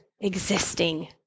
existing